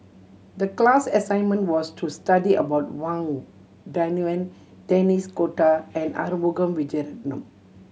the class assignment was to study about Wang Dayuan Denis D'Cotta and Arumugam Vijiaratnam